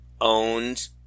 owned